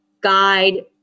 guide